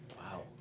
Wow